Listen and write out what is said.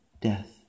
death